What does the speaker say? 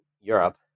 Europe